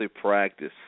practice